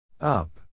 Up